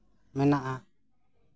ᱢᱮᱱᱟᱜᱼᱟ